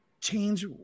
change